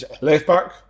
Left-back